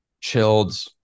chilled